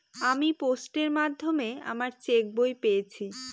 আমি পোস্টের মাধ্যমে আমার চেক বই পেয়েছি